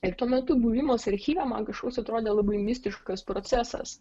ir tuo metu buvimas archyve man kažkoks atrodė labai mistiškas procesas